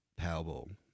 Powerball